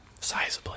Sizably